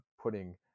putting